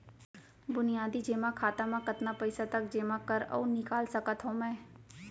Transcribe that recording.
बुनियादी जेमा खाता म कतना पइसा तक जेमा कर अऊ निकाल सकत हो मैं?